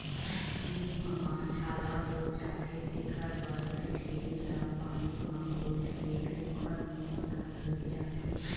मूंह म छाला हो जाथे तेखर बर फिटकिरी ल पानी म घोलके ओखर मूंह ल धोए जाथे